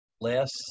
less